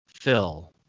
Phil